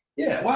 yeah,